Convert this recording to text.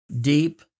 deep